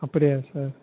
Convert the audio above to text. அப்படியா சார்